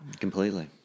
Completely